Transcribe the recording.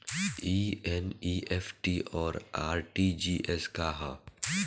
ई एन.ई.एफ.टी और आर.टी.जी.एस का ह?